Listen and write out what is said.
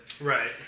Right